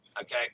Okay